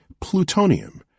plutonium